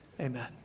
Amen